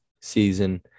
season